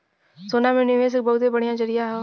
सोना में निवेस एक बहुते बढ़िया जरीया हौ